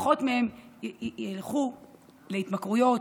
ילכו להתמכרויות,